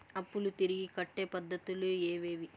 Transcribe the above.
అప్పులు తిరిగి కట్టే పద్ధతులు ఏవేవి